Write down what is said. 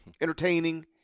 entertaining